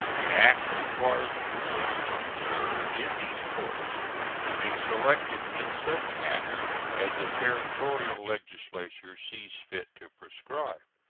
the act requires jurors to serve in these courts to be selected in such manner as the territorial legislature sees fit to prescribe.